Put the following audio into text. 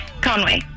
Conway